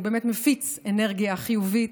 הוא באמת מפיץ אנרגיה חיובית,